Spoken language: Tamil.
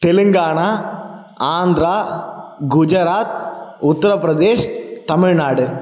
தெலுங்கானா ஆந்திரா குஜராத் உத்திரப்பிரதேஷ் தமிழ்நாடு